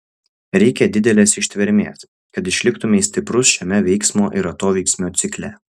reikia didelės ištvermės kad išliktumei stiprus šiame veiksmo ir atoveiksmio cikle